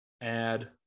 add